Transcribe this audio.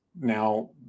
now